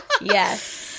yes